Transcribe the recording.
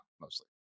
mostly